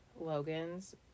Logan's